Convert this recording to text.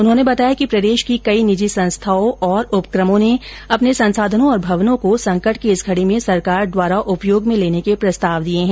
उन्होंने बताया कि प्रदेश की कई निजी संस्थाओं और उपक्रमों ने अपने संसाधनों और भवनों को संकट की इस घडी में सरकार द्वारा उपयोग में लेने के लिए प्रस्ताव दिये है